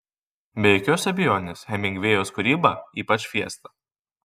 be jokios abejonės hemingvėjaus kūryba ypač fiesta